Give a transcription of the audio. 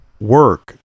Work